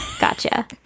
gotcha